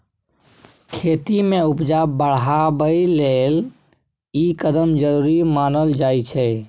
खेती में उपजा बढ़ाबइ लेल ई कदम जरूरी मानल जाइ छै